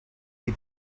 eat